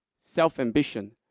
self-ambition